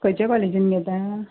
खंयच्या कॉलेजीन घेता